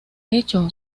hecho